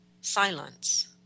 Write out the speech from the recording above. silence